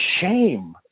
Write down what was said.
shame